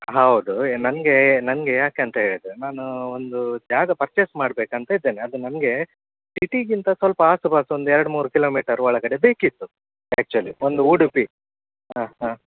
ಹೌದು ಏ ನನಗೆ ನನಗೆ ಯಾಕೆ ಅಂತ ಹೇಳಿದ್ರೆ ನಾನೂ ಒಂದು ಜಾಗ ಪರ್ಚೆಸ್ ಮಾಡ್ಬೇಕು ಅಂತ ಇದ್ದೇನೆ ಅದು ನಮಗೆ ಸಿಟಿಗಿಂತ ಸ್ವಲ್ಪ ಆಸು ಪಾಸು ಒಂದು ಎರೆಡು ಮೂರು ಕಿಲೋಮೀಟರ್ ಒಳಗಡೆ ಬೇಕಿತ್ತು ಆ್ಯಕ್ಚುವಲಿ ಒಂದು ಉಡುಪಿ ಹಾಂ ಹಾಂ